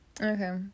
Okay